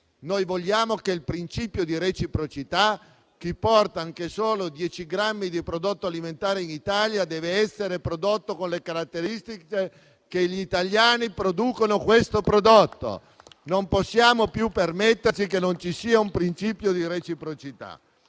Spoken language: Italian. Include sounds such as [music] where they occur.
Noi vogliamo il principio di reciprocità: chi porta anche solo 10 grammi di prodotto alimentare in Italia, questo deve essere prodotto con le stesse caratteristiche con cui gli italiani lo producono. [applause] Non possiamo più permetterci che non ci sia un principio di reciprocità